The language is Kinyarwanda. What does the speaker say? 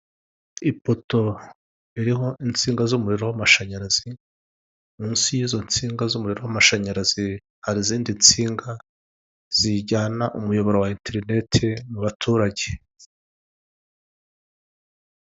Ipoto ririho insinga z'umuriro w'amashanyarazi munsi yizo nsinga z'umuriro w'amashanyarazi hari izindi nsinga zijyana umuyoboro wa enterinete mu baturage.